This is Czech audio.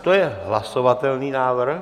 To je hlasovatelný návrh.